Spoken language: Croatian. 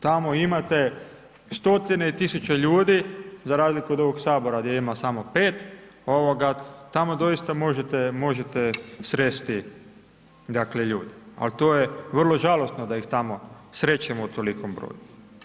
Tamo imate stotine i tisuća ljudi, za razliku od ovog Sabora gdje ima samo 5, tamo doista možete sresti ljude, ali to je vrlo žalosno da ih tamo srećemo u tolikom broju.